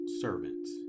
servants